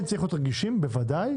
כן צריך להיות רגישים, בוודאי,